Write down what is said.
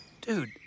Dude